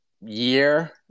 year